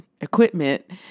equipment